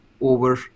over